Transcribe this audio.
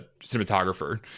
cinematographer